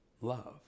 love